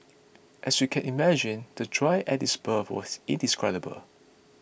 as you can imagine the joy at his birth was indescribable